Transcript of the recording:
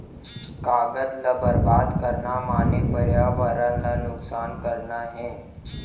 कागद ल बरबाद करना माने परयावरन ल नुकसान करना हे